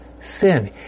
sin